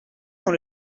dans